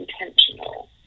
intentional